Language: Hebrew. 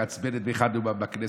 עקץ בנט באחד מנאומיו בכנסת,